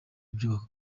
ibyo